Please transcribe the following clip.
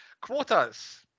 Quotas